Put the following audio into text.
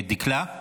דקלה,